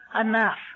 enough